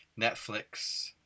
Netflix